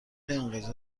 انقضا